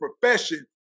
profession